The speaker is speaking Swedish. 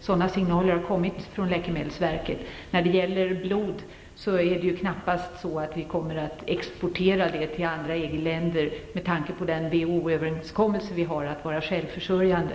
Sådana signaler har nämligen kommit från läkemedelsverket. När det gäller blod är det knappast så att vi kommer att exportera det till andra EG-länder med tanke på den WHO överenskommelse som vi har om att vara självförsörjande.